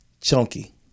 Chunky